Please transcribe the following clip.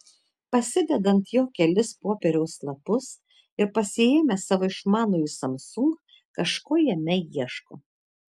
pasideda ant jo kelis popieriaus lapus ir pasiėmęs savo išmanųjį samsung kažko jame ieško